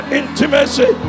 intimacy